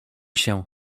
się